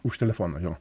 už telefoną jo